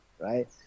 right